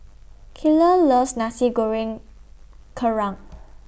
Kyler loves Nasi Goreng Kerang